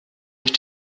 ich